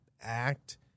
act